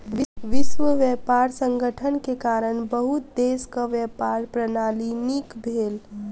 विश्व व्यापार संगठन के कारण बहुत देशक व्यापार प्रणाली नीक भेल